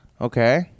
Okay